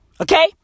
Okay